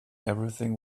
everything